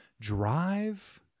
drive